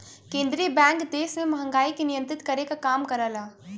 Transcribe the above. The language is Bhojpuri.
केंद्रीय बैंक देश में महंगाई के नियंत्रित करे क काम करला